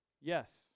yes